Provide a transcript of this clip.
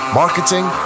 marketing